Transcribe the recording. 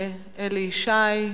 אלי ישי.